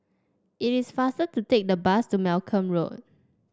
it is faster to take the bus to Malcolm Road